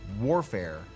warfare